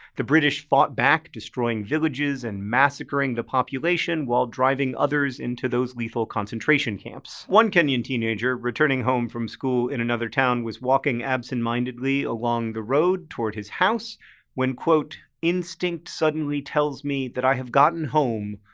the british fought back, destroying villages and massacring the population while driving others into those lethal concentration camps. one kenyan teenager, returning home from school in another town, was walking absentmindedly along the road toward his house when instinct suddenly tells me that i have gotten home.